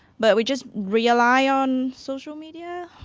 but we just rely on social media?